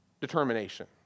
determination